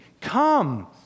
Come